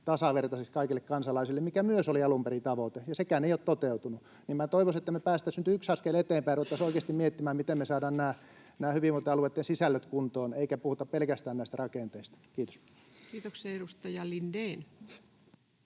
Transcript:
tasavertaisesti kaikille kansalaisille, mikä myös oli alun perin tavoite, mutta sekään ei ole toteutunut. Minä toivoisin, että me päästäisiin nyt yksi askel eteenpäin ja ruvettaisiin oikeasti miettimään, miten me saadaan nämä hyvinvointialueitten sisällöt kuntoon, eikä puhuta pelkästään näistä rakenteista. — Kiitos. Kiitoksia. — Edustaja Lindén.